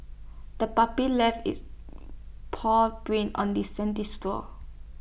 the puppy left its paw prints on the sandy store